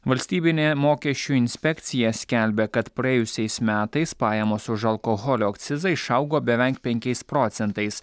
valstybinė mokesčių inspekcija skelbia kad praėjusiais metais pajamos už alkoholio akcizą išaugo beveik penkiais procentais